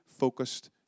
Focused